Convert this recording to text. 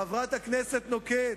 חברת הכנסת נוקד,